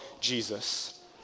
Jesus